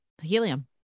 Helium